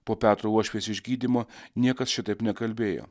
po petro uošvės išgydymo niekas šitaip nekalbėjo